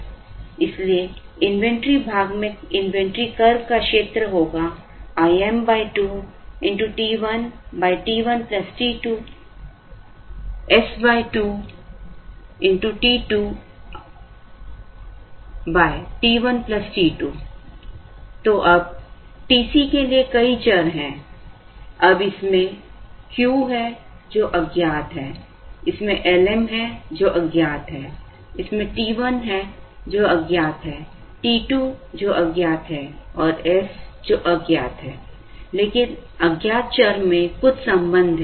इसलिए इन्वेंट्री भाग में इन्वेंट्री कर्व का क्षेत्र होगा Im 2t1t1 t2 s2 t2 t1 t2 तो अब TC के लिए कई चर हैं अब इसमें Q है जो अज्ञात है इसमें I m है जो अज्ञात है इसमें t 1 है जो अज्ञात है t 2 जो अज्ञात है और s जो अज्ञात है लेकिन अज्ञात चर में कुछ संबंध हैं